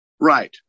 right